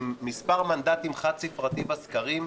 עם מספר מנדטים חד-ספרתי בסקרים,